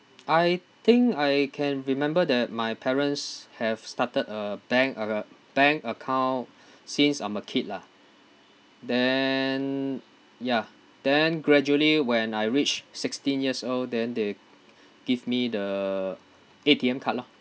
I think I can remember that my parents have started a bank uh bank account since I'm a kid lah then ya then gradually when I reached sixteen years old then they give me the A_T_M card lor